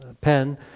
pen